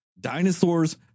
Dinosaurs